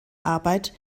arbeit